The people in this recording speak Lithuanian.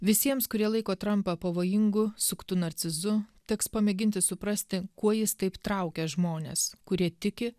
visiems kurie laiko trampą pavojingu suktu narcizu teks pamėginti suprasti kuo jis taip traukia žmones kurie tiki